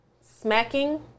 Smacking